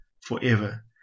forever